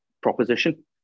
proposition